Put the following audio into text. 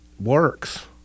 works